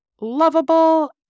lovable